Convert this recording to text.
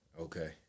Okay